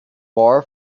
far